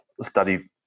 study